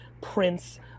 Prince